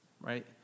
right